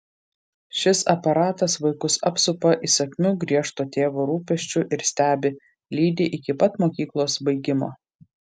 šis aparatas vaikus apsupa įsakmiu griežto tėvo rūpesčiu ir stebi lydi iki pat mokyklos baigimo